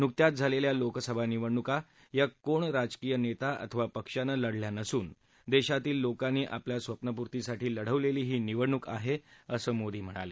नुकत्याच झालेल्या लोकसभा निवडणुका या कोण राजकीय नेता अथवा पक्षांनं लढल्या नसून देशातील लोकांनी आपल्या स्वप्नपूर्तीसाठी लढवलेलीही निवडणूक आहे असं मोदी म्हणाले